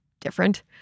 different